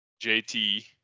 JT